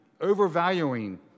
overvaluing